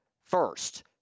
First